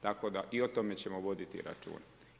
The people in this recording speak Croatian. Tako da i o tome ćemo voditi računa.